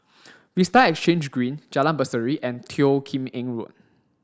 Vista Exhange Green Jalan Berseri and Teo Kim Eng Road